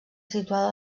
situada